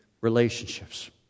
relationships